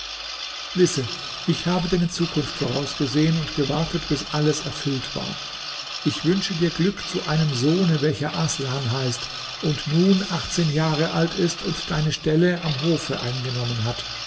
wisse ich habe deine zukunft vorausgesehen und gewartet bis alles erfüllt war ich wünsche dir glück zu einem sohne welcher aßlan heißt und nun achtzehn jahre alt ist und deine stelle am hofe eingenommen hat